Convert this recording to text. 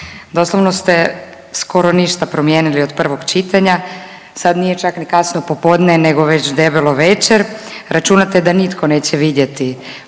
Doslovno ste skoro ništa promijenili od prvog čitanja. Sad nije čak ni kasno popodne nego već debelo večer. Računate da nitko neće vidjeti